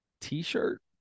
t-shirt